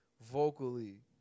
vocally